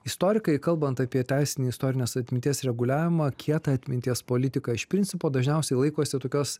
istorikai kalbant apie teisinį istorinės atminties reguliavimą kietą atminties politiką iš principo dažniausiai laikosi tokios